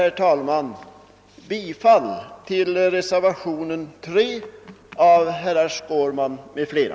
Jag yrkar bifall till reservationen 3 av herr Skårman m.fl.